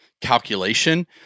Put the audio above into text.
calculation